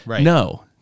No